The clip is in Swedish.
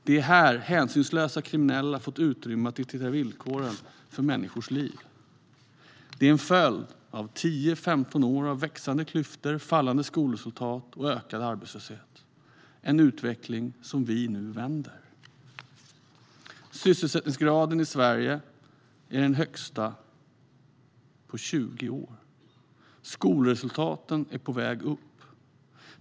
Det är här hänsynslösa kriminella har fått utrymme att diktera villkoren för människors liv. Detta är en följd av 10-15 år av växande klyftor, fallande skolresultat och ökad arbetslöshet. Denna utveckling vänder vi nu. Sysselsättningsgraden i Sverige är den högsta på 20 år. Skolresultaten är på väg upp.